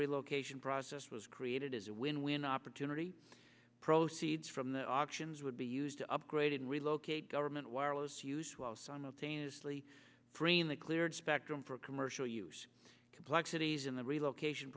relocation process was created as a win win opportunity proceeds from the options would be used to upgrade and relocate government wireless use while simultaneously freeing the cleared spectrum for commercial use complexities in the relocation